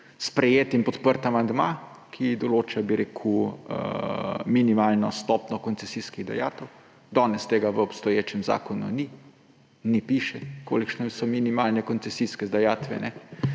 sprejet in podprt amandma, ki določa minimalno stopnjo koncesijskih dajatev. Danes tega v obstoječem zakonu ni. Ne piše, kolikšne so minimalne koncesijske dajatve.